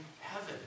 heaven